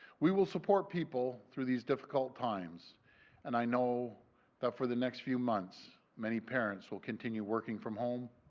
we will support people through these difficult times and i know that for the next few months, many parents will continue working from home.